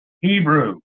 Hebrew